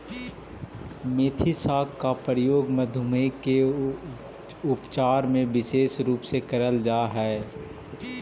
मेथी साग का प्रयोग मधुमेह के उपचार में विशेष रूप से करल जा हई